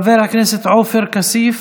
חבר הכנסת עופר כסיף,